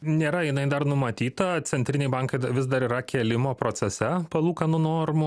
nėra jinai dar numatyta centriniai bankai vis dar yra kėlimo procese palūkanų normų